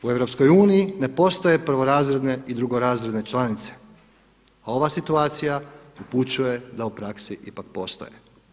U EU ne postoje prvorazredne i drugorazredne članice, a ova situacija upućuje da u praksi ipak postoje.